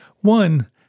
One